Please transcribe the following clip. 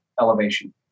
elevation